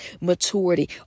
maturity